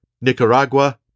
Nicaragua